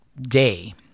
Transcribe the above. day